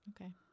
okay